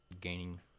gaining